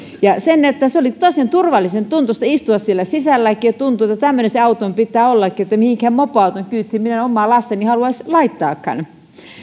oli tosiaan turvallisen tuntuista istua siellä sisällä ja tuntui että tämmöinen sen auton pitää ollakin että minkään mopoauton kyytiin minä en omaa lastani haluaisi laittaakaan